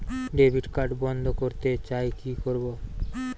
Debit card বন্ধ করতে চাই কি করব?